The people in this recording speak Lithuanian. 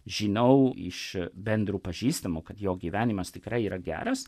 žinau iš bendrų pažįstamų kad jo gyvenimas tikrai yra geras